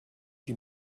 die